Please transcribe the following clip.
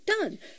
Done